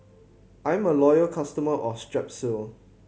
I'm a loyal customer of Strepsils